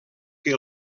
que